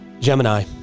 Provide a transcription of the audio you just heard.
Gemini